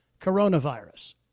coronavirus